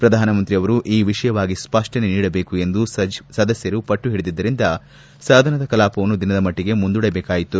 ಪ್ರಧಾನಮಂತ್ರಿ ಅವರು ಈ ವಿಷಯವಾಗಿ ಸ್ವಷ್ಟನೆ ನೀಡಬೇಕು ಎಂದು ಸದಸ್ದರು ಪಟ್ಟು ಹಿಡಿದಿದ್ದರಿಂದ ಸದನದ ಕಲಾಪವನ್ನು ದಿನದ ಮಟ್ಟಗೆ ಮುಂದೂಡಲಾಯಿತು